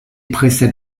précède